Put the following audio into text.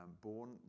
born